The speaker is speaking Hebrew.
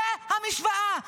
זאת המשוואה.